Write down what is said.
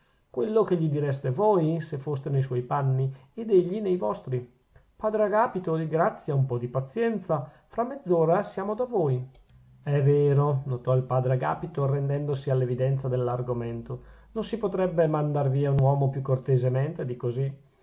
quello che gli direste voi se foste ne suoi panni ed egli nei vostri padre agapito di grazia un po di pazienza fra mezz'ora siamo da voi è vero notò il padre agapito arrendendosi all'evidenza dell'argomento non si potrebbe mandar via un uomo più cortesemente di così